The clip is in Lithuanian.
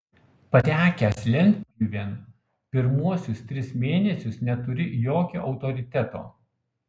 patekęs lentpjūvėn pirmuosius tris mėnesius neturi jokio autoriteto